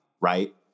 right